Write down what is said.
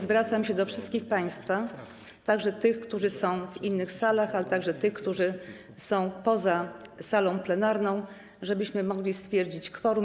Zwracam się do wszystkich państwa - także tych, którzy są w innych salach, ale również tych, którzy są poza salą plenarną - o to, żebyśmy mogli stwierdzić kworum.